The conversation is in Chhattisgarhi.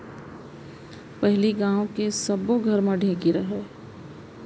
पहिली गांव के सब्बे घर म ढेंकी रहय